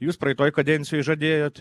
jūs praeitoj kadencijoj žadėjot